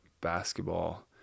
basketball